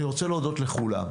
אני רוצה להודות לכולם.